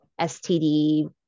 STD